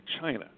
China